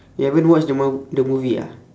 you haven't watch the mo~ the movie ah